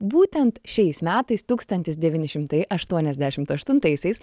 būtent šiais metais tūkstantis devyni šimtai aštuoniasdešimt aštuntaisiais